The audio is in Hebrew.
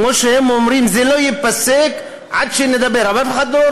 כמו שהם אומרים: זה לא ייפסק עד שנדבר,